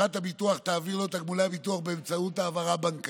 חברת הביטוח תעביר לו את תגמולי הביטוח באמצעות העברה בנקאית.